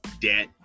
debt